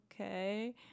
okay